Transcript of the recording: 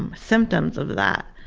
um symptoms of that.